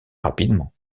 rapidement